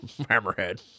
Hammerhead